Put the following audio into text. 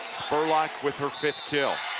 spurlock with her fifth kill